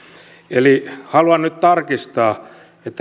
eli haluan nyt tarkistaa